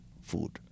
food